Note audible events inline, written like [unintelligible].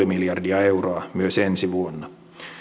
[unintelligible] miljardia euroa myös ensi vuonna